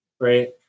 right